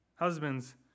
Husbands